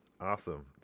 Awesome